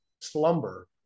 slumber